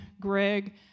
Greg